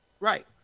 Right